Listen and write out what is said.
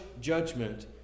judgment